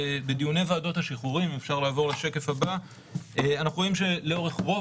בדיוני ועדות השחרורים אנחנו רואים שלאורך רוב